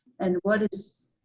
and what is